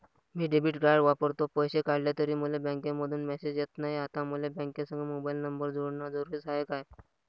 मी debit card वापरतो, पैसे काढले तरी मले बँकेमंधून मेसेज येत नाय, आता मले बँकेसंग मोबाईल नंबर जोडन जरुरीच हाय का?